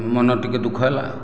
ମନ ଟିକେ ଦୁଃଖ ହେଲା